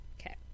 Okay